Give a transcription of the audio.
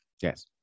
yes